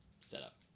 setup